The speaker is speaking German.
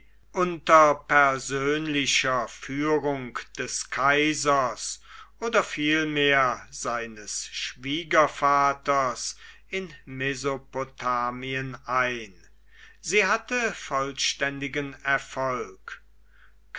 unter persönlicher führung des kaisers oder vielmehr seines schwiegervaters in mesopotamien ein sie hatte vollständigen erfolg